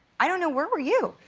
i don't know. where were you?